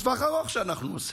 לטווח ארוך שאנחנו עושים,